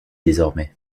désormais